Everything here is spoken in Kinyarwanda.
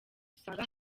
usanga